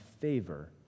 favor